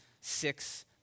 six